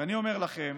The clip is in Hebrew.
ואני אומר לכם